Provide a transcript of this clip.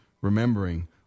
remembering